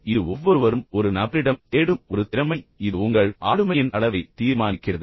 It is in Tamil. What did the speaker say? இது ஒவ்வொருவரும் ஒரு நபரிடம் தேடும் ஒரு திறமை மற்றும் மற்றும் இது உங்கள் ஆளுமையின் அளவை தீர்மானிக்கிறது